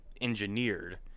engineered